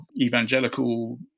evangelical